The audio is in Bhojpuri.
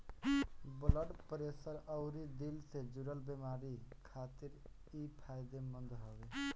ब्लड प्रेशर अउरी दिल से जुड़ल बेमारी खातिर इ फायदेमंद हवे